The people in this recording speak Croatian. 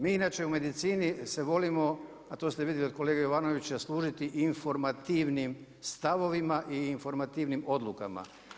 Mi inače u medicini se volimo, a to ste vidjeli od kolege Jovanovića, služiti informativnim stavovima i informativnim odlukama.